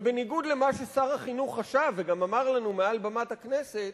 ובניגוד למה ששר החינוך חשב וגם אמר לנו מעל במת הכנסת,